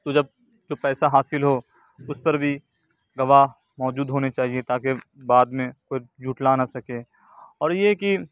تو جب جو پیسہ حاصل ہو اس پر بھی گواہ موجود ہونے چاہئیں تاکہ بعد میں کوئی جھٹلا نہ سکے اور یہ کہ